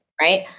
right